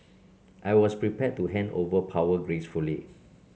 I was prepared to hand over power gracefully